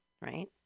right